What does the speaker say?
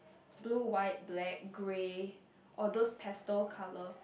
blue white black grey or those pastel colour